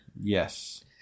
Yes